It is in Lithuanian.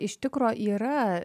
iš tikro yra